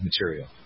material